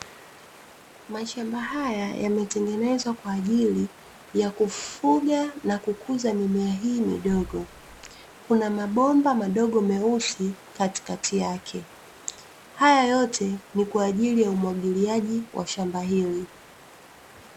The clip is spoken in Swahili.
Mashamba haya yametengenezwa kwa ajili ya kufuga na kukuza mimea hii midogo. Kuna mabomba madogo meusi katikati yake. Haya yote ni kwa ajili ya umwagiliaji wa shamba hilo.